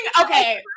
Okay